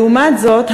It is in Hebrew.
לעומת זאת,